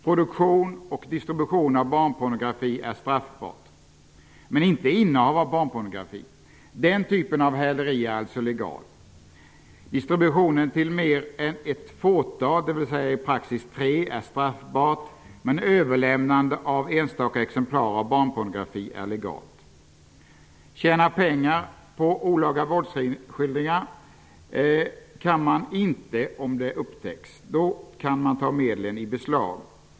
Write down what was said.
Produktion och distribution av barnpornografi är straffbart, men inte innehav av barnpornografi. Den typen av häleri är alltså legal. Distribution till mer än ett fåtal, dvs. i praxis tre, är straffbart, men överlämnande av enstaka exemplar av barnpornografi är legalt. Man kan inte tjäna pengar på olaga våldsskildringar om det upptäcks; då kan medlen tas i beslag.